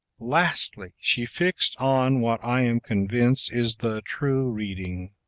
lastly, she fixed on what i am convinced is the true reading